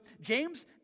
James